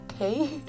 okay